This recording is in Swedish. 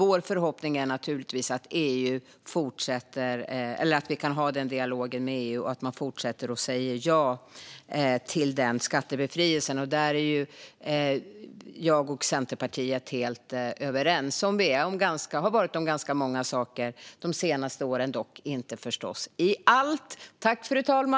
Vår förhoppning är naturligtvis att vi kan ha den dialogen med EU och att man fortsätter att säga ja till den skattebefrielsen. Där är jag och Centerpartiet helt överens, som vi har varit om ganska många saker de senaste åren, dock förstås inte om allt.